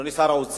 אדוני שר האוצר,